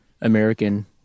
American